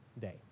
day